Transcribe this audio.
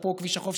אפרופו כביש החוף,